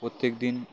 প্রত্যেকদিন